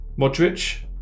Modric